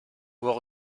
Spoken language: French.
voire